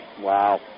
Wow